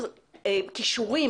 אז נכון,